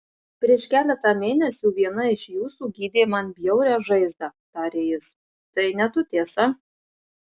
prieš keletą mėnesių viena iš jūsų gydė man bjaurią žaizdą tarė jis tai ne tu tiesa